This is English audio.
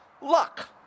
luck